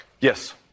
Yes